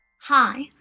Hi